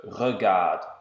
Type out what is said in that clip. REGARDE